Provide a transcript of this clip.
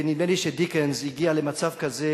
ונדמה לי שדיקנס הגיע למצב כזה,